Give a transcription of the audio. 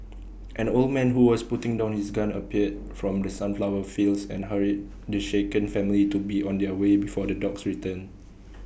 an old man who was putting down his gun appeared from the sunflower fields and hurried the shaken family to be on their way before the dogs return